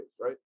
right